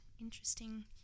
interesting